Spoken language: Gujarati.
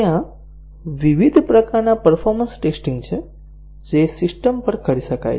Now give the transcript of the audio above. ત્યાં વિવિધ પ્રકારના પરફોર્મન્સ ટેસ્ટીંગ છે જે સિસ્ટમ પર કરી શકાય છે